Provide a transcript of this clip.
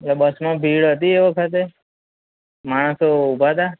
એટલે બસમાં હતી એ વખતે માણસો ઊભા હતા